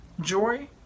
Joy